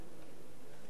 הממשלה לא הצליחה להבין,